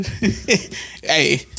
Hey